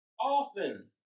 often